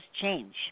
change